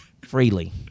freely